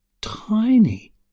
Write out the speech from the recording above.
tiny